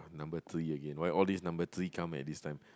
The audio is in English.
number three again why all these number three come at this time